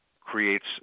creates